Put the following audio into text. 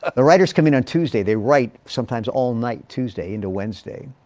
ah the writers come in on tuesday, they write sometimes all night tuesday into wednesday.